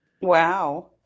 Wow